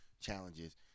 challenges